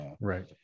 right